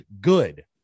good